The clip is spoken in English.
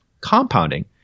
compounding